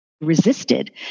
resisted